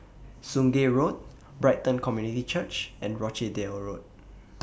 Sungei Road Brighton Community Church and Rochdale Road